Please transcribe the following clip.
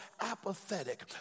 apathetic